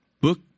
book